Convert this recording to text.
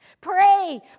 Pray